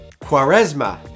Quaresma